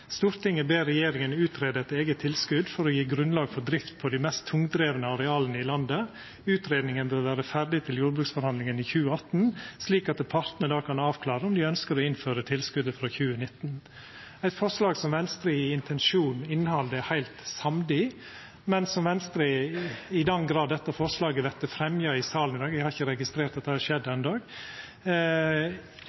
de mest tungdrevne arealene i landet. Utredningen bør være ferdig til jordbruksforhandlingene i 2018, slik at partene da kan avklare om de ønsker å innføre tilskuddet fra 2019.» Det er eit forslag som Venstre i intensjon og innhald er heilt samd i, men som Venstre, i den grad dette forslaget vert fremja i salen i dag – eg har ikkje registrert at det har skjedd